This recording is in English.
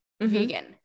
vegan